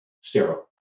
sterile